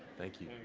thank you.